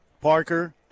Parker